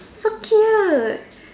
so cute